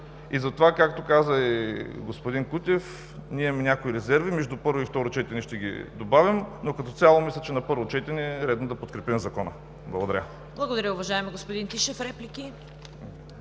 Затова, както каза и господин Кутев, ние имаме някои резерви, между първо и второ четене ще ги добавим, но като цяло мисля, че на първо четене е редно да подкрепим Закона. Благодаря. ПРЕДСЕДАТЕЛ ЦВЕТА КАРАЯНЧЕВА: Благодаря, уважаеми господин Тишев. Реплики?